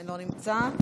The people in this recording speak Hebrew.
אינו נמצא.